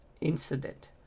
incident